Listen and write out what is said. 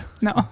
No